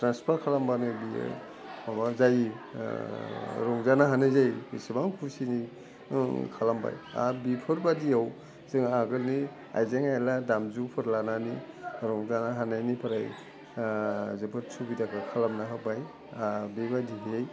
transfer खालामबानो बियो माबा जायो रंजानो हानाय जायो बेसेबां खुसिनि खालामबाय आरो बिफोरबायदियाव जों आगोलनि आयजें आयला दामजुफोर लानानै रंजानो हानायनिफ्राय जोबोद सुबिदाखौ खालामना होबाय बेबायदिहै